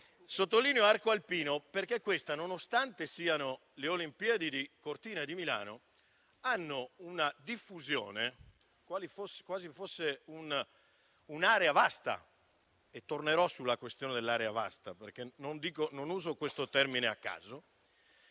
sottolineo l'arco alpino perché queste, nonostante siano le Olimpiadi di Cortina e di Milano, hanno una diffusione ampia, quasi fosse un un'area vasta - tornerò sulla questione dell'area vasta, perché non uso questo termine a caso